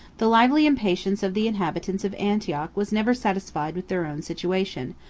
the lively impatience of the inhabitants of antioch was never satisfied with their own situation,